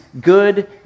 good